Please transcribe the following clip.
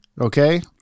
Okay